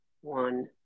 one